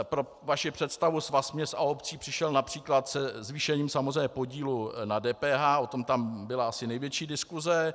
Pro vaši představu, Svaz měst a obcí přišel například se zvýšením samozřejmě podílu na DPH, o tom tam byla asi největší diskuse.